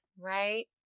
Right